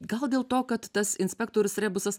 gal dėl to kad tas inspektorius rebusas